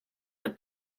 the